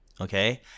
Okay